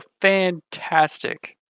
fantastic